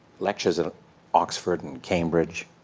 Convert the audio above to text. lectures at oxford and cambridge.